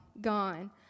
Gone